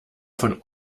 von